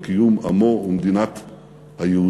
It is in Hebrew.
את קיום עמו ומדינת היהודים,